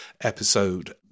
episode